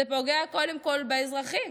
זה פוגע קודם כול באזרחים,